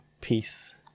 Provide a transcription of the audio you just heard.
peace